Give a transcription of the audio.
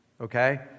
okay